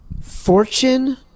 Fortune